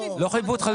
לא חייבו אותך.